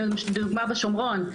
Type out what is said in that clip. לדוגמה בשומרון,